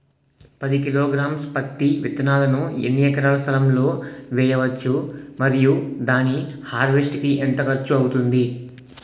పది కిలోగ్రామ్స్ పత్తి విత్తనాలను ఎన్ని ఎకరాల స్థలం లొ వేయవచ్చు? మరియు దాని హార్వెస్ట్ కి ఎంత ఖర్చు అవుతుంది?